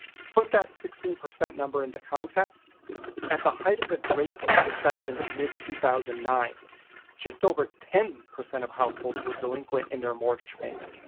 to put that sixteen percent number into context at the height of the great recession in mid two thousand and nine just over ten percent of households were delinquent in their mortgage payment.